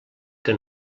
que